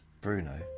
Bruno